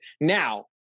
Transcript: Now